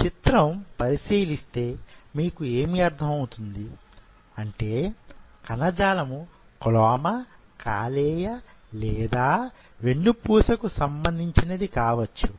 చిత్రం పరిశీలిస్తే మీకు ఏమి అర్థం అవుతుంది అంటే కణజాలం క్లోమ కాలేయ లేదా వెన్నుపూసకు సంబంధించినది కావచ్చు